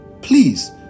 please